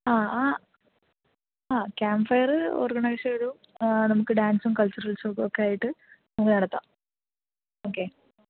ആ ആ ആ ക്യാമ്പ് ഫയറ് ഓർഗനൈസ് ചെയ്തു നമുക്ക് ഡാൻസും കൾച്ചറൽസും ഒക്കെ ആയിട്ട് നമുക്ക് നടത്താം ഒക്കെ